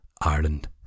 Ireland